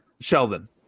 Sheldon